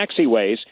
taxiways